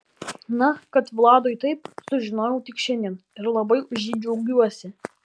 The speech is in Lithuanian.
na kad vladui taip sužinojau tik šiandien ir labai už jį džiaugiuosi